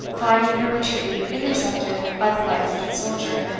finding her retreat intercepted by the light-footed soldier,